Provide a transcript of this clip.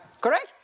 Correct